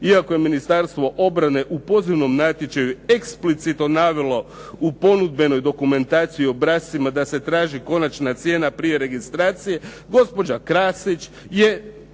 iako je Ministarstvo obrane u pozivnom natječaju eksplicite navelo u ponudbenoj dokumentaciji i obrascima da se traži konačna cijena prije registracije, gospođa Krasić je